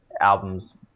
albums